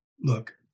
look